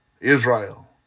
Israel